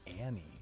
Annie